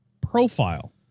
profile